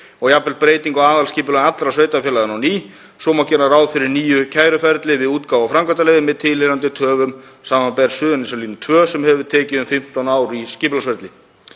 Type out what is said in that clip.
og jafnvel breytingu á aðalskipulagi allra sveitarfélaganna á ný. Svo má gera ráð fyrir nýju kæruferli við útgáfu framkvæmdaleyfa með tilheyrandi töfum, samanber Suðurnesjalínu 2 sem hefur tekið um 15 ár í skipulagsferli.